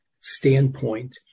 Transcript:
standpoint